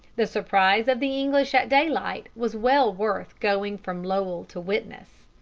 the surprise of the english at daylight was well worth going from lowell to witness.